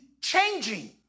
changing